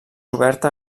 oberta